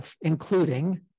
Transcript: including